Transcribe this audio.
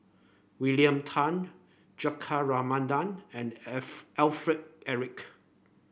William Tan Juthika Ramanathan and F Alfred Eric